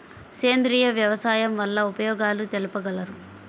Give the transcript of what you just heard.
సేంద్రియ వ్యవసాయం వల్ల ఉపయోగాలు తెలుపగలరు?